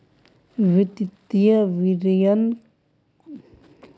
वित्तिय विवरण कोए भी कंपनीर गतिविधि आर प्रदर्शनोक को बताहा